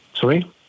Sorry